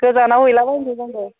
गोजानाव हैला बायनो जोंबो